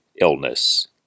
illness